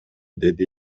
деди